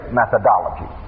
methodology